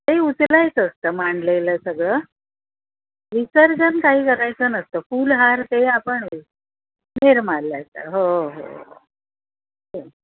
ते उचलायचं असतं मांडलेलं सगळं विसर्जन काही करायचं नसतं फूल हार ते आपण निर्माल्याचं हो हो